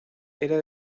era